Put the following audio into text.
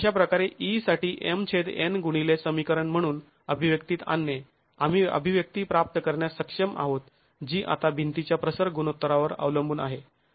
अशाप्रकारे e साठी M छेद N गुणिले समीकरण म्हणून अभिव्यक्तीत आणणे आम्ही अभिव्यक्ती प्राप्त करण्यास सक्षम आहोत जी आता भिंतीच्या प्रसर गुणोत्तरावर अवलंबून आहे